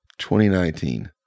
2019